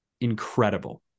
Incredible